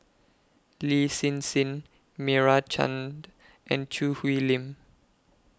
Lin Hsin Hsin Meira Chand and Choo Hwee Lim